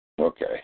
Okay